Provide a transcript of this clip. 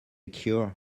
cure